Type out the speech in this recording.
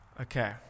Okay